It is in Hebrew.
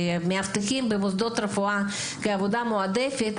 מאבטחים במוסדות רפואה כעבודה מועדפת